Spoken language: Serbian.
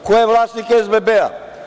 Ko je vlasnik SBB?